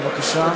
בבקשה.